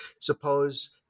suppose